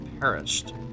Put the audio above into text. perished